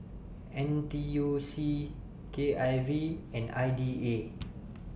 N T U C K I V and I D A